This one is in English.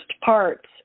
parts